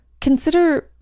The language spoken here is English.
consider